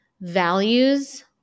values